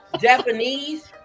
Japanese